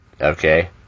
Okay